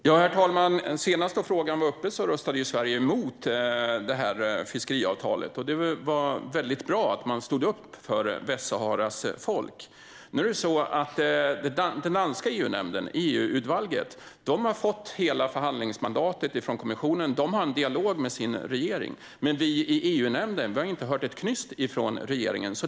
Herr talman! Senast frågan var uppe röstade Sverige emot det här fiskeavtalet. Det var väldigt bra att man stod upp för Västsaharas folk. Nu är det så att den danska motsvarigheten till EU-nämnden, EUudvalget, har fått hela förhandlingsmandatet från EU-kommissionen och har en dialog med sin regering. Men vi i EU-nämnden har inte hört ett knyst från regeringen.